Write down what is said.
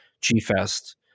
G-Fest